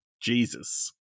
Jesus